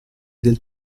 del